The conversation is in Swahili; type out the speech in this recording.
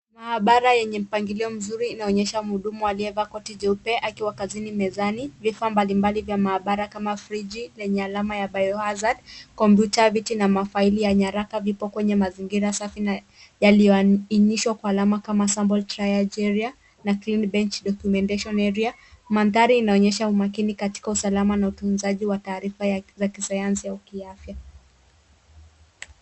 Maabara yenye mpangilio mzuri inaonyesha muhudumu aliyevaa koti jeupe akiwa kazini mezani vifaa mbalimbali vya maabara kama friji lenye alama ya bio-hazard , kompyuta, viti na mafaili ya nyaraka vipo kwenye mazingira safi na yaliyoinishwa kwa alama kama sample try Algeria na clean bench documentation area . Mandhari inaonyesha umakini katika usalama na utunzaji wa taarifa za kisayansi au kiafya.